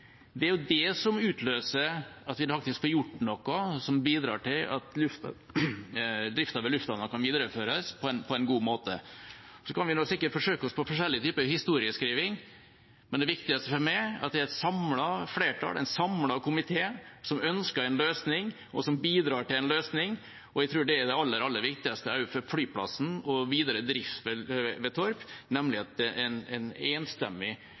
Det er jo det som utløser at vi faktisk får gjort noe som bidrar til at driften ved lufthavnen kan videreføres på en god måte. Vi kan sikkert forsøke oss på forskjellig historieskriving, men det viktigste for meg er at det er et samlet flertall, en samlet komité, som ønsker en løsning, og som bidrar til en løsning. Jeg tror det er det aller viktigste for flyplassen og for videre drift ved Torp – nemlig at det er en